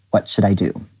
what should i do?